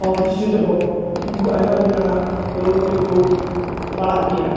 ᱚᱯᱩᱥᱴᱤ ᱛᱮᱦᱚᱸ ᱩᱱᱠᱩ ᱟᱭᱢᱟ ᱞᱮᱠᱟᱱᱟᱜ ᱨᱳᱜ ᱨᱮᱠᱚ ᱯᱟᱲᱟᱜ ᱜᱮᱭᱟ